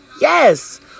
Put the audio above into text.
Yes